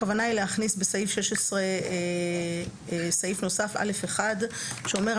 הכוונה היא להכניס בסעיף 16 סעיף נוסף (א)(1) שאומר: